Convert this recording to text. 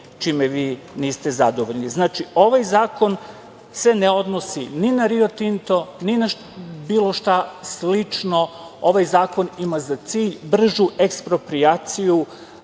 čime vi niste zadovoljni? Znači, ovaj zakon se ne odnosi ni na Rio Tinto, ni na bilo šta slično. Ovaj zakon ima za cilj bržu eksproprijaciju